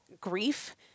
grief